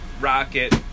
Rocket